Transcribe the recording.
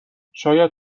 شاید